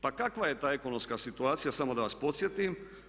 Pa kakva je ta ekonomska situacija samo da vas podsjetim.